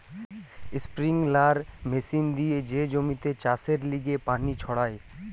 sprinkler machine দিয়ে যে জমিতে চাষের লিগে পানি ছড়ায়